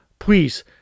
Please